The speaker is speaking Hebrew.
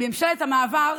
ממשלת המעבר,